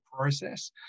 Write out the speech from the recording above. process